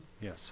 Yes